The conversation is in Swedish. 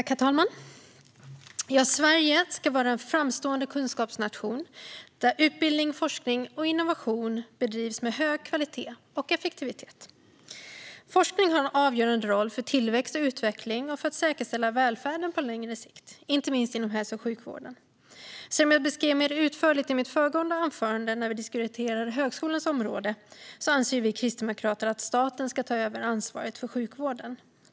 Herr talman! Sverige ska vara en framstående kunskapsnation, där utbildning, forskning och innovation bedrivs med hög kvalitet och effektivitet. Forskning har en avgörande roll för tillväxt och utveckling och för att säkerställa välfärden på längre sikt, inte minst inom hälso och sjukvården. Som jag beskrev mer utförligt i mitt föregående anförande när vi diskuterade högskolans område anser vi kristdemokrater att staten ska ta över ansvaret för sjukvården.